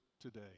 today